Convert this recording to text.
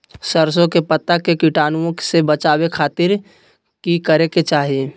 सरसों के पत्ता के कीटाणु से बचावे खातिर की करे के चाही?